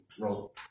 Roll